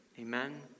Amen